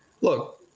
Look